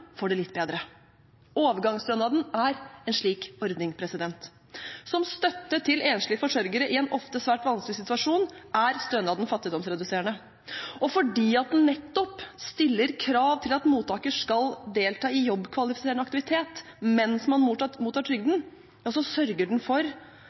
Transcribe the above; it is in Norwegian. får det litt bedre. Overgangsstønaden er en slik ordning. Som støtte til enslige forsørgere i en ofte svært vanskelig situasjon er stønaden fattigdomsreduserende. Og nettopp fordi den stiller krav om at mottaker skal delta i jobbkvalifiserende aktivitet mens man mottar trygden, sørger den for